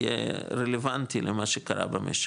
יהיה רלוונטי למה שקרה במשק,